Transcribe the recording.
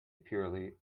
purely